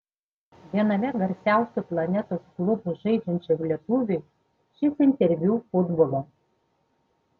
viename garsiausių planetos klubų žaidžiančiam lietuviui šis interviu futbolo